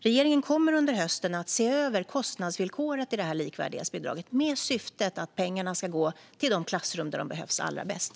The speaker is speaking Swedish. Regeringen kommer under hösten att se över kostnadsvillkoret i likvärdighetsbidraget med syftet att pengarna ska gå till de klassrum där de behövs allra bäst.